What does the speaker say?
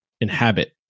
inhabit